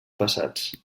passats